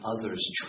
others